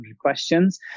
questions